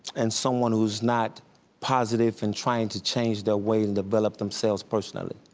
and someone who's not positive and trying to change their way and develop themselves personally.